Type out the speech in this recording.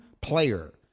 player